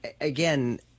Again